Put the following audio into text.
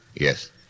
Yes